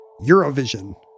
Eurovision